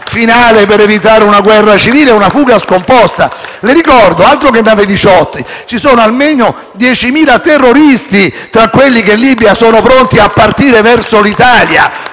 finale per evitare una guerra civile e una fuga scomposta. Le ricordo - altro che nave Diciotti! - che ci sono almeno 10.000 terroristi tra quelli che in Libia sono pronti a partire verso l'Italia.